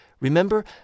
remember